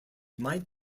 might